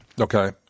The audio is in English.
Okay